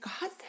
God